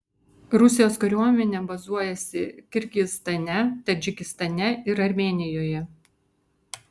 rusijos kariuomenė bazuojasi kirgizstane tadžikistane ir armėnijoje